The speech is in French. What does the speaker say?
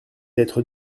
d’être